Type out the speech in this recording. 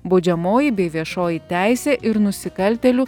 baudžiamoji bei viešoji teisė ir nusikaltėlių